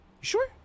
sure